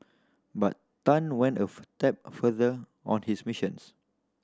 but Tan went of step further on his missions